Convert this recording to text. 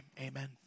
amen